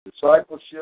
Discipleship